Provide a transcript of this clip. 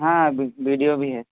ہاں ویڈیو بھی ہے